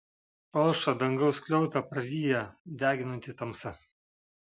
palšą dangaus skliautą praryja deginanti tamsa